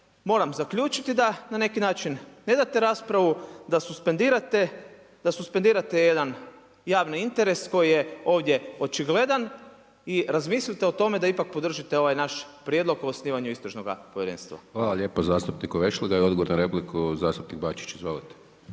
moram zaključiti da na neki način ne date raspravu, da suspendirate jedan javni interes koji je ovdje očigledan i razmislite o tome da ipak podržite ovaj naš prijedlog o osnivanju istražnoga povjerenstva. **Hajdaš Dončić, Siniša (SDP)** Hvala lijepa zastupniku Vešligaju, odgovor na repliku zastupnik Bačić, izvolite.